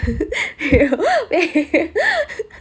没有